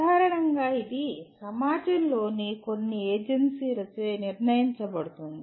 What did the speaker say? సాధారణంగా అది సమాజంలోని కొన్ని ఏజెన్సీలచే నిర్ణయించబడుతుంది